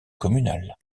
communal